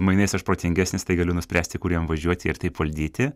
mainais aš protingesnis tai galiu nuspręsti kur jam važiuoti ir taip valdyti